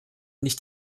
nicht